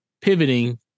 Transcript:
Pivoting